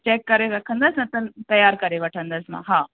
check करे रखंदसि न त तयार करे वठंदसि मां हा